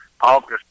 August